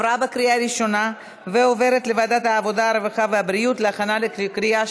לוועדת העבודה, הרווחה והבריאות נתקבלה.